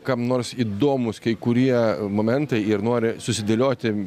kam nors įdomūs kai kurie momentai ir nori susidėlioti